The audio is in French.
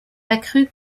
accrues